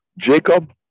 Jacob